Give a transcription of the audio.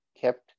kept